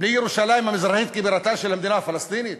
בלי ירושלים המזרחית כבירתה של המדינה הפלסטינית?